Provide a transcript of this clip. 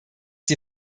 die